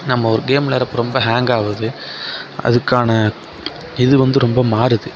நம்ம ஒரு கேம் விளையாடுறப்போ ரொம்ப ஹங் ஆகுது அதுக்கான இது வந்து ரொம்ப மாறுது